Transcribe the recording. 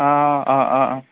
অঁ অঁ অঁ অঁ